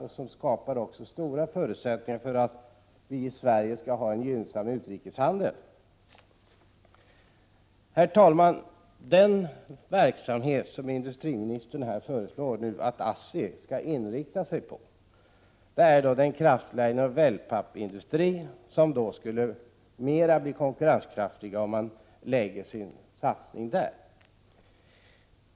Härigenom har också skapats stora förutsättningar för oss i Sverige att få en gynnsam utrikeshandel. Herr talman! Industriministern föreslår nu att ASSI skall inrikta sig på tillverkning av kraftliner och wellpapp, varigenom företaget skulle bli mera konkurrenskraftigt.